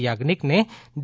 યાજ્ઞિકને D